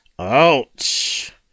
Ouch